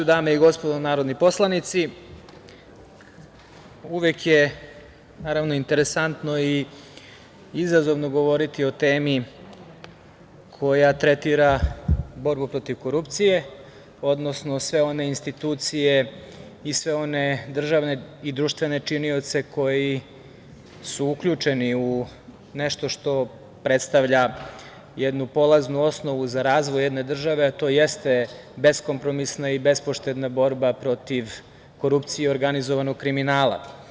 Dame i gospodo narodni poslanici, uvek je naravno interesantno i izazovno govoriti o temi koja tretira borbu protiv korupcije, odnosno sve one institucije i sve one državne i društvene činioce koji su uključeni u nešto što predstavlja jednu polaznu osnovu za razvoj jedne države, a to jeste beskompromisna i bespoštedna borba protiv korupcije i organizovanog kriminala.